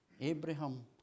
Abraham